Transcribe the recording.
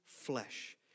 flesh